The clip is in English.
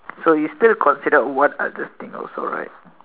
so you still consider what others think also right